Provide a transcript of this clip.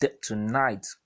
tonight